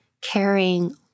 caring